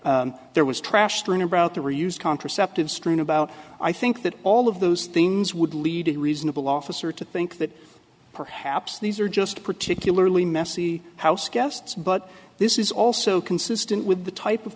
it there was trashed in and out there were used contraceptives strewn about i think that all of those things would lead a reasonable officer to think that perhaps these are just particularly messy house guests but this is also consistent with the type of